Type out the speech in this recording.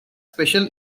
special